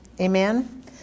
Amen